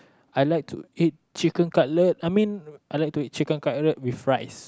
I like to eat chicken cutlet I mean I like to eat chicken cutlet with rice